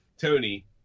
Tony